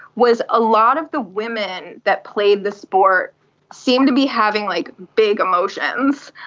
was a lot of the women that played the sport seemed to be having like big emotions.